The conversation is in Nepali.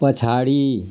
पछाडि